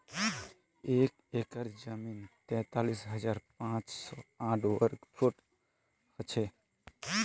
एक एकड़ जमीन तैंतालीस हजार पांच सौ साठ वर्ग फुट हो छे